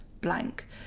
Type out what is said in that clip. blank